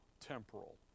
temporal